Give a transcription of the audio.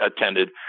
attended